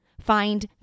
find